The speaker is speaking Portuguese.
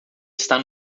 está